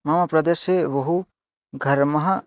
मम प्रदेशे बहु घर्मः